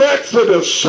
Exodus